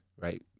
right